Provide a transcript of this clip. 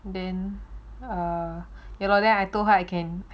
then err ya lor then I told her I can